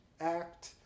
Act